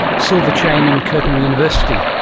silver chain and curtin university.